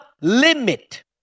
limit